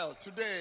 Today